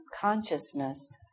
consciousness